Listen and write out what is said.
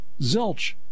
Zilch